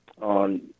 on